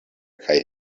kaj